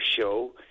show